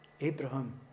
Abraham